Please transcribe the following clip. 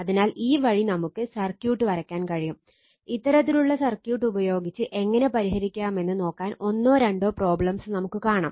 അതിനാൽ ഈ വഴി നമുക്ക് സർക്യൂട്ട് വരയ്ക്കാൻ കഴിയും ഇത്തരത്തിലുള്ള സർക്യൂട്ട് ഉപയോഗിച്ച് എങ്ങനെ പരിഹരിക്കാമെന്ന് നോക്കാൻ ഒന്നോ രണ്ടോ പ്രൊബ്ലെംസ് നമുക്ക് കാണാം